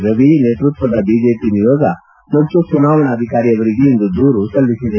ಗ್ ರವಿ ನೇತೃತ್ವದ ಬಿಜೆಪಿ ನಿಯೋಗ ಮುಖ್ಯ ಚುನಾವಣಾಧಿಕಾರಿಯವರಿಗೆ ಇಂದು ದೂರು ಸಲ್ಲಿಸಿದೆ